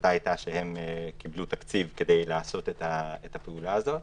ההחלטה היתה שהם קיבלו תקציב לעשות את הפעולה הזאת.